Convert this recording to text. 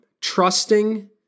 trusting